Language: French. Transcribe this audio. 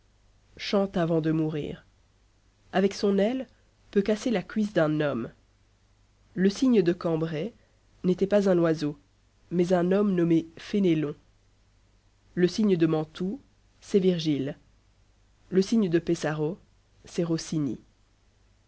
chante avant de mourir avec son aile peut casser la cuisse d'un homme le cygne de cambrai n'était pas un oiseau mais un homme nommé fénélon le cygne de mantoue c'est virgile le cygne de pesaro c'est rossini